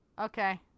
Okay